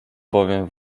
bowiem